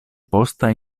posta